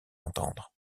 entendre